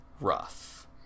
rough